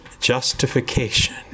justification